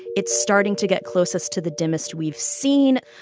it's starting to get closest to the dimmest we've seen.